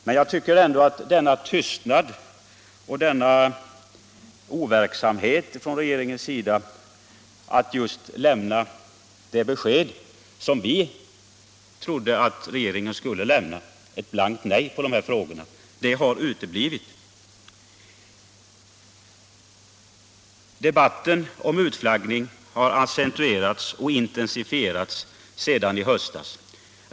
Men jag tycker ändå att denna tystnad från regeringen, liksom regeringens overksamhet, är mycket beklaglig, eftersom det besked på de här frågorna som vi trott att regeringen skulle lämna, nämligen ett blankt nej, har uteblivit. Debatter om utflaggning har sedan i höstas accentuerats och intensifierats.